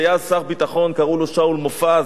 היה אז שר ביטחון, קראו לו שאול מופז.